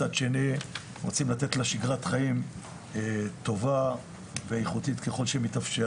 מצד שני רוצים לתת לה שגרת חיים טובה ואיכותית ככל שמתאפשר.